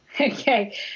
Okay